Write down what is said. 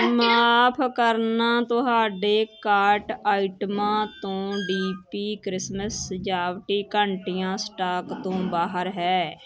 ਮਾਫ਼ ਕਰਨਾ ਤੁਹਾਡੇ ਕਾਰਟ ਆਈਟਮਾਂ ਤੋਂ ਡੀ ਪੀ ਕ੍ਰਿਸਮਸ ਸਜਾਵਟੀ ਘੰਟੀਆਂ ਸਟਾਕ ਤੋਂ ਬਾਹਰ ਹੈ